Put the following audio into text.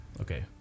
okay